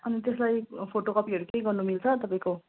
अनि त्यसलाई फोटोकपीहरू केही गर्न मिल्छ तपाईँको